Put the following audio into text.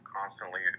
constantly